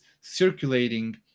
circulating